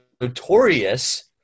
notorious